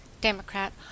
Democrat